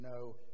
no